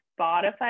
Spotify